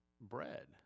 bread